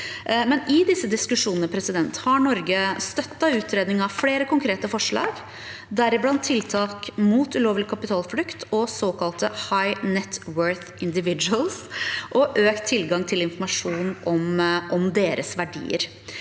i disse diskusjonene har Norge støttet utredningen av flere konkrete forslag, deriblant tiltak mot ulovlig kapitalflukt og såkalte «high-net-worth individuals» og økt tilgang til informasjon om deres verdier.